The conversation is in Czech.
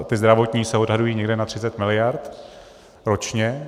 Ty zdravotní se odhadují někde na 30 mld. ročně.